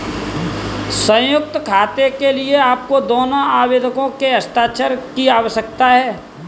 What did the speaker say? संयुक्त खाते के लिए आपको दोनों आवेदकों के हस्ताक्षर की आवश्यकता है